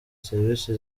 serivisi